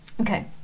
Okay